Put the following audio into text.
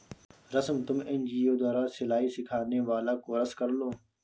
रश्मि तुम एन.जी.ओ द्वारा सिलाई सिखाने वाला कोर्स कर लो